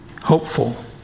hopeful